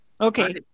Okay